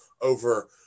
over